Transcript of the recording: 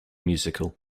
musical